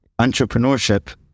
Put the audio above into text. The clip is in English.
entrepreneurship